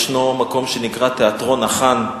יש מקום שנקרא תיאטרון "החאן",